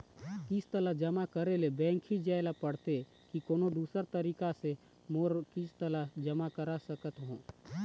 किस्त ला जमा करे ले बैंक ही जाए ला पड़ते कि कोन्हो दूसरा तरीका से भी मोर किस्त ला जमा करा सकत हो?